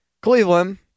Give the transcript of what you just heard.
Cleveland